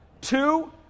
Two